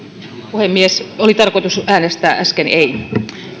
puhemies oli tarkoitus äänestää äsken ei